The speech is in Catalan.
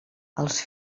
els